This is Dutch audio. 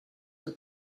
door